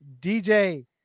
dj